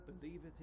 believeth